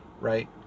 Right